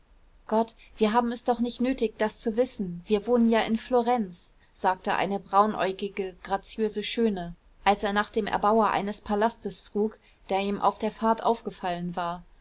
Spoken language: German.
gott wir haben es doch nicht nötig das zu wissen wir wohnen ja in florenz sagte eine braunäugige graziöse schöne als er nach dem erbauer eines palastes frug der ihm auf der fahrt aufgefallen war